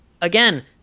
again